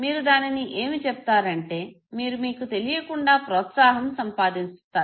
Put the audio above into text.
మీరు దానిని ఏమి చెబుతారంటే మీరు మీకు తెలియకుండా ప్రోత్సాహం సంపాదిస్తారు